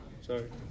Sorry